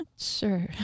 Sure